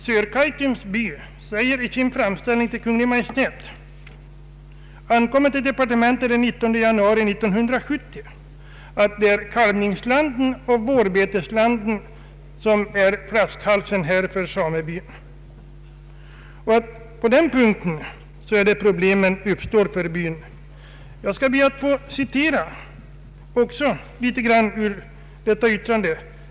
Sörkaitums by säger i sin framställning till Kungl. Maj:t, ankommen till departementet den 19 januari 1970, att det är kalvningslanden och vårbeteslanden som är flaskhalsen för samebyn och att det är på den punkten som problemen för byn uppstår. Jag skall be att få citera något ur denna framställning.